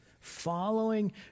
Following